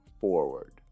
forward